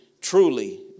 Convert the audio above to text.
truly